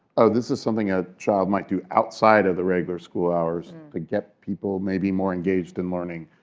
oh, this is something a child might do outside of the regular school hours to get people maybe more engaged in learning,